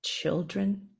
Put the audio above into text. children